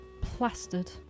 Plastered